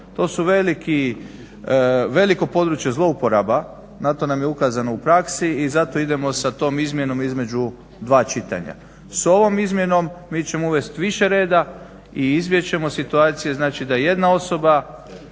To su veliko područje zlouporaba. Na to nam je ukazano u praksi i zato idemo sa tom izmjenom između dva čitanja. Sa ovom izmjenom mi ćemo uvesti više reda i izbjeći ćemo situacije znači da jedna osoba